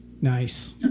Nice